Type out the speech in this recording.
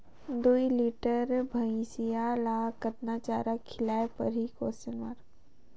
दुई लीटर बार भइंसिया ला कतना चारा खिलाय परही?